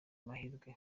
mahirwe